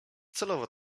celowo